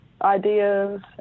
ideas